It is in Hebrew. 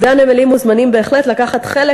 עובדי הנמלים מוזמנים בהחלט לקחת חלק